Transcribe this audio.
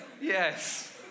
yes